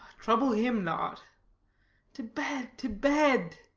trouble him not to bed, to bed!